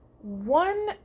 one